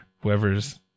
whoever's